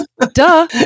Duh